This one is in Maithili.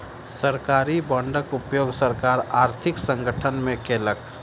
सरकारी बांडक उपयोग सरकार आर्थिक संकट में केलक